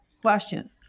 question